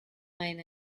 main